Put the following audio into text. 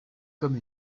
comme